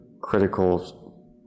critical